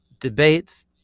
debates